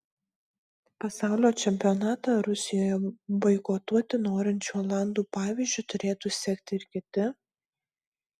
pasaulio čempionatą rusijoje boikotuoti norinčių olandų pavyzdžiu turėtų sekti ir kiti